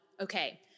okay